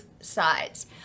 sides